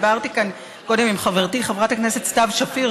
דיברתי כאן קודם עם חברתי חברת הכנסת סתיו שפיר,